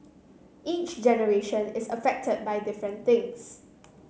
each generation is affected by different things